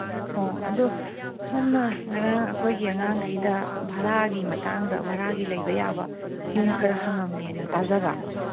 ꯑꯣ ꯑꯗꯨ ꯁꯣꯝꯅ ꯉꯔꯥꯡ ꯑꯩꯈꯣꯏꯒꯤ ꯑꯉꯥꯡꯒꯩꯗ ꯚꯔꯥꯒꯤ ꯃꯇꯥꯡꯗ ꯚꯔꯥꯒꯤ ꯂꯩꯕ ꯌꯥꯕ ꯌꯨꯝ ꯈꯔ ꯍꯪꯉꯝꯃꯦꯅ ꯇꯥꯖꯕ